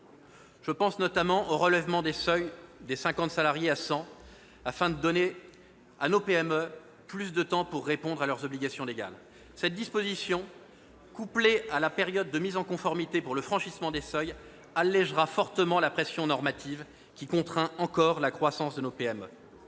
Je pense notamment au relèvement des seuils de 50 salariés à 100 salariés, afin de donner à nos PME plus de temps pour répondre à leurs obligations légales. Cette disposition, couplée à la période de mise en conformité pour le franchissement des seuils, allégera fortement la pression normative qui contraint encore la croissance de nos PME.